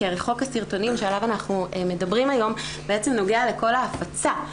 כי הרי חוק הסרטונים שעליו אנחנו מדברים היום בעצם נוגע לכל ההפצה,